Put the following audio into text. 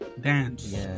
dance